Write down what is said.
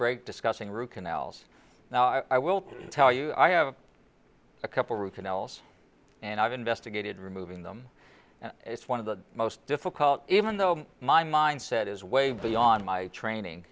break discussing root canals now i will tell you i have a couple root canals and i've investigated removing them and it's one of the most difficult even though my mind set is way beyond my training